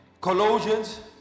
Colossians